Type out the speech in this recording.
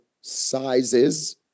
sizes